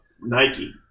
Nike